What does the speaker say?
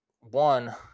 One